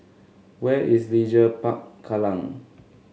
where is Leisure Park Kallang